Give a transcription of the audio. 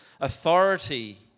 authority